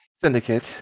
syndicate